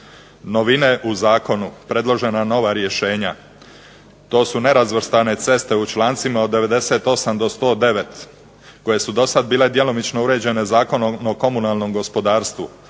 Novine u zakonu, predložena nova rješenja. To su nerazvrstane ceste u člancima od 98. do 109. koje su dosad bile djelomično uređene Zakonom o komunalnom gospodarstvu.